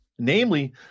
namely